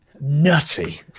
nutty